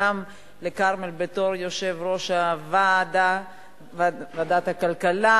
גם בתור יושב-ראש ועדת הכלכלה,